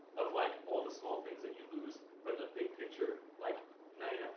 of like all the small things you lose but in the big picture. like ninety